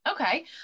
Okay